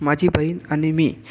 माझी बहिण आणि मी